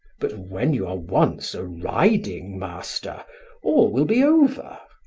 but when you are once a riding-master all will be over.